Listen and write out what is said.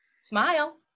Smile